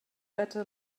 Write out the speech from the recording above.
better